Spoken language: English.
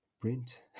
print